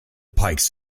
pikes